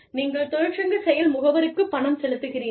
நீங்கள் தொழிற்சங்க செயல் முகவருக்குப் பணம் செலுத்துகிறீர்கள்